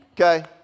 okay